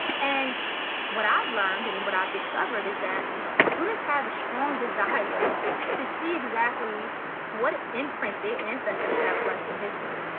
and what i've learned and what i've discovered is that students have a strong desire to see exactly what imprint their ancestors have left in history.